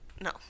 no